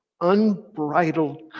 unbridled